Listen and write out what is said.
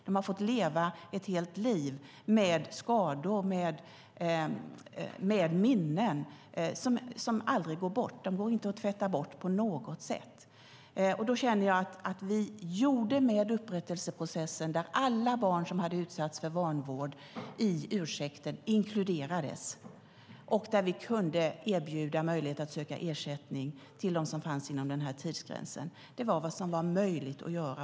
De har fått leva ett helt liv med skador och med minnen som aldrig går bort - de går inte att tvätta bort på något sätt. Då känner jag att alla barn som hade utsatts för vanvård inkluderades i ursäkten, och att vi med upprättelseprocessen kunde vi erbjuda dem som fanns inom denna tidsgräns möjlighet att söka ersättning. Det var vad som var möjligt att göra.